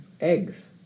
eggs